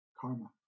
karma